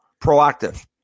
proactive